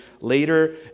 later